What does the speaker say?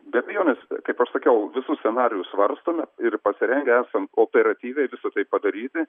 be abejonės kaip aš sakiau visus scenarijus svarstome ir pasirengę esam operatyviai visą tai padaryti